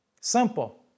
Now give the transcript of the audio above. Simple